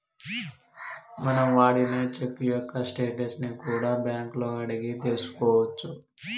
మనం వాడిన చెక్కు యొక్క స్టేటస్ ని కూడా బ్యేంకులలో అడిగి తెల్సుకోవచ్చు